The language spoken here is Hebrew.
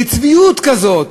בצביעות כזאת,